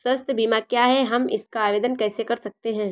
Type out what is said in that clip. स्वास्थ्य बीमा क्या है हम इसका आवेदन कैसे कर सकते हैं?